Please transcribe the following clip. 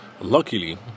Luckily